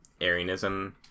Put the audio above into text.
Arianism